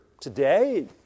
today